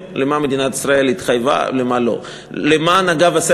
ולְמה מדינת ישראל התחייבה ולְמה לא.